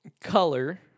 color